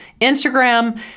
Instagram